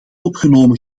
opgenomen